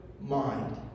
mind